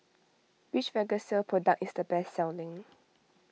which Vagisil product is the best selling